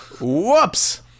Whoops